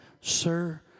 sir